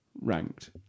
ranked